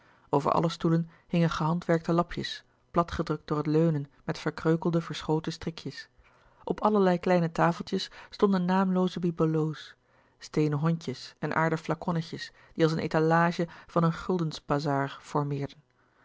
over alle stoelen hingen gehandwerkte lapjes platgedrukt door het leunen met verkreukelde verschoten strikjes op allerlei kleine tafeltjes stonden naamlooze bibelots steenen hondjes en aarden flaconnetjes die als een étalage van een guldensbazar formeerden